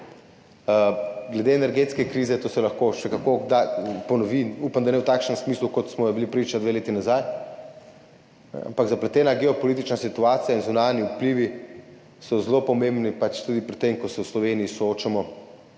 Glede energetske krize, to se lahko še kako ponovi, upam, da ne v takšnem smislu, kot smo ji bili priča dve leti nazaj, ampak zapletena geopolitična situacija in zunanji vplivi so zelo pomembni tudi pri tem, ko se v Sloveniji soočamo